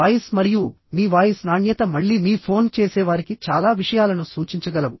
voice మరియు మీ voice నాణ్యత మళ్ళీ మీ ఫోన్ చేసేవారికి చాలా విషయాలను సూచించగలవు